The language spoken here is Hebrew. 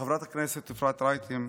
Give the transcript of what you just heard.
חברת הכנסת אפרת רייטן,